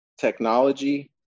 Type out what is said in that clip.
technology